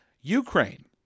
Ukraine